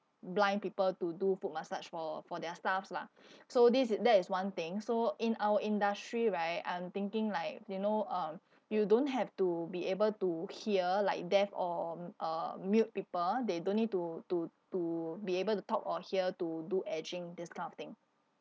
blind people to do foot massage for for their staffs lah so this that is one thing so in our industry right I'm thinking like you know um you don't have to be able to hear like deaf or um uh mute people they don't need to to to be able to talk or hear to do this kind of thing